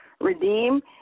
redeem